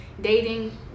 dating